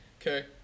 Okay